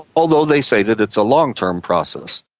although they say that it's a long-term process.